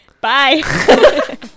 Bye